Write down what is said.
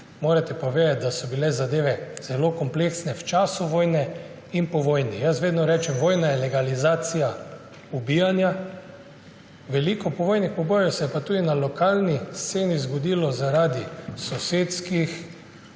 Morate pa vedeti, da so bile zadeve zelo kompleksne v času vojne in po vojni. Jaz vedno rečem, vojna je legalizacija ubijanja. Veliko povojnih obojev se je pa tudi na lokalni sceni zgodilo zaradi sosedskih,